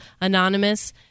anonymous